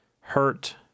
hurt